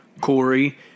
Corey